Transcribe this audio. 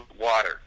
water